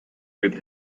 with